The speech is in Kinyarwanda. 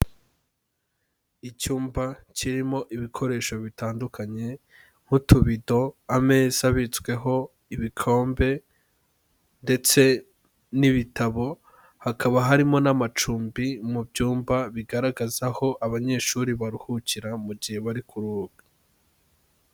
Icyumba kirimo ibikoresho bitandukanye, nk'utubido, ameza abitsweho ibikombe, ndetse n'ibitabo, hakaba harimo n'amacumbi mu byumba, bigaragaza aho abanyeshuri baruhukira mu gihe bari kuruhuka.